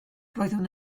roeddwn